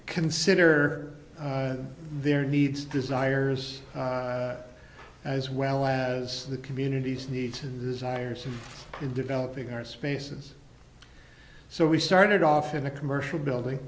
consider their needs desires as well as the communities needs and desires and in developing our spaces so we started off in a commercial building